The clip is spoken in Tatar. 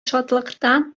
шатлыктан